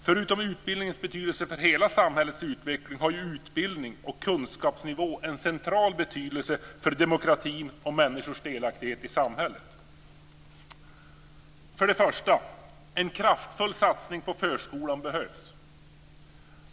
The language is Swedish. Förutom utbildningens betydelse för hela samhällets utveckling har utbildning och kunskapsnivå en central betydelse för demokratin och människors delaktighet i samhället. För det första: En kraftfull satsning på förskolan behövs.